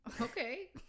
Okay